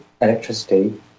electricity